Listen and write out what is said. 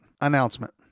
Announcement